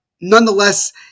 nonetheless